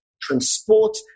transport